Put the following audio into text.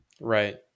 Right